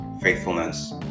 faithfulness